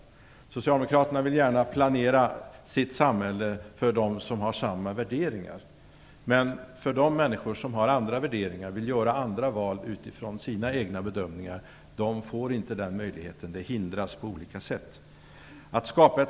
Socialdemokraterna vill gärna planera sitt samhälle för dem som har samma värderingar. Men de människor som har andra värderingar och som vill göra andra val utifrån sina egna bedömningar får inte den möjligheten. Detta hindras på olika sätt.